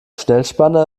schnellspanner